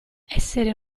essere